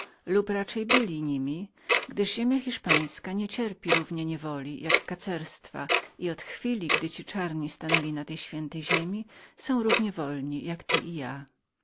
lub raczej byli niewolnikami mego pana gdyż ziemia hiszpańska niecierpi równie niewoli jak kacerstwa i od chwili gdy ci czarni stanęli na tej świętej ziemi używają takiej samej wolności jako pan i ja